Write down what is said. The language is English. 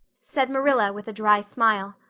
said marilla with a dry smile.